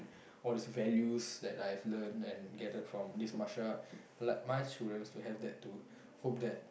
all these values that I have learn and gathered from this martial arts like my children would have that too hope that